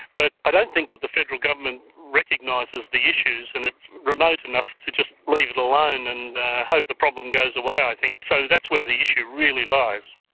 but i don't think that the federal government recognises the issues, and it's remote enough to just leave it alone and hope the problem goes away, i think. so that's where the issue really lies.